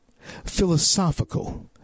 Philosophical